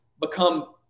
become